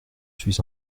suis